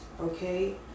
okay